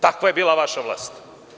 Takva je bila vaša vlast.